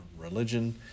religion